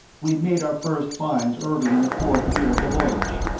we had made our first finds early in the fourth year of the voyage.